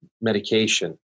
medication